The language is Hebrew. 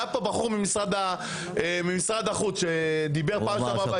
היה פה בחור ממשרד החוץ, שדיבר פעם שעברה.